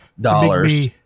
dollars